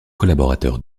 collaborateur